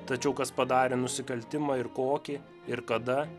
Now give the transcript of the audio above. tačiau kas padarė nusikaltimą ir kokį ir kada